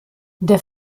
der